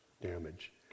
damage